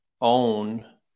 own